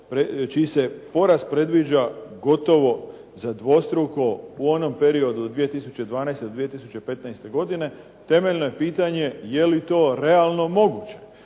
čiji se porast predviđa gotovo za dvostruko u onom periodu od 2012. do 2015. godine, temeljno je pitanje je li to realno moguće?